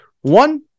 One